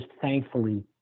thankfully